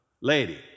lady